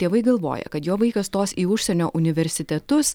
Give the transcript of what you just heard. tėvai galvoja kad jo vaikas stos į užsienio universitetus